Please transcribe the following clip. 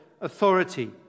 authority